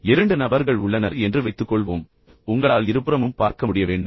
இரண்டு நபர்கள் உள்ளனர் என்று வைத்துக்கொள்வோம் பின்னர் உங்களால் இருபுறமும் பார்க்க முடிய வேண்டும்